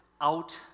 out